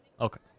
Okay